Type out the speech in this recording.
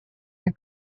are